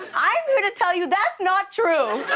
i'm here to tell you that's not true.